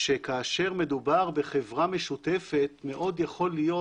שכאשר מדובר בחברה משותפת מאוד יכול להיות